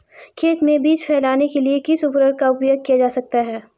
खेत में बीज फैलाने के लिए किस उपकरण का उपयोग किया जा सकता है?